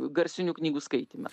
garsinių knygų skaityme